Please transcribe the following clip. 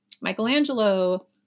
Michelangelo